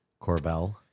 Corbell